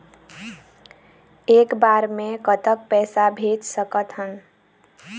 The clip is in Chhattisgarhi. एक बार मे कतक पैसा भेज सकत हन?